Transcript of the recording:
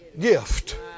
gift